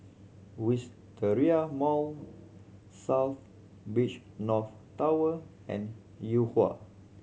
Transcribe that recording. Wisteria Mall South Beach North Tower and Yuhua